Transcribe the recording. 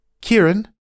Kieran